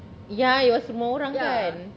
ya it was rumah orang kan